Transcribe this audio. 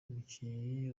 umukinnyi